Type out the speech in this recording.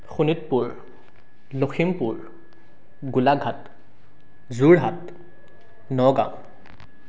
Sonitpur Lakhimpur Golaghat Jorhat Nagaon